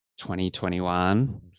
2021